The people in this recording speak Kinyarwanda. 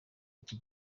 iki